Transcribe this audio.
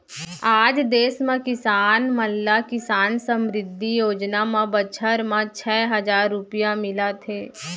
आज देस म किसान मन ल किसान समृद्धि योजना म बछर म छै हजार रूपिया मिलत हे